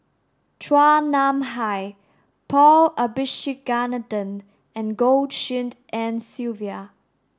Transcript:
Chua Nam Hai Paul Abisheganaden and Goh Tshin En Sylvia